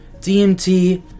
DMT